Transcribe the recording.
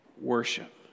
worship